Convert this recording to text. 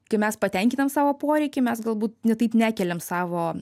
kai mes patenkinam savo poreikį mes galbūt ne taip nekeliam savo